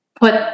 put